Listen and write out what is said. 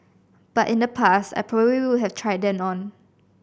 but in the past I probably would have tried them on